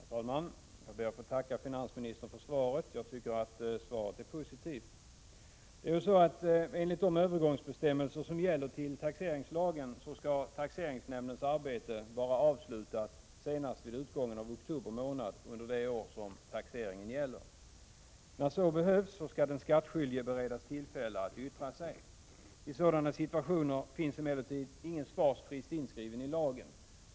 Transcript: Herr talman! Jag ber att få tacka finansministern för svaret, som jag tycker är positivt. Enligt gällande övergångsbestämmelser till taxeringslagen skall taxeringsnämndens arbete vara avslutat senast vid utgången av oktober månad under det år taxeringen gäller. När så behövs skall den skattskyldige beredas tillfälle att yttra sig. I sådana situationer finns emellertid ingen svarsfrist inskriven i lagen.